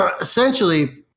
essentially